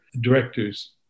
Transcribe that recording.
directors